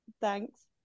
Thanks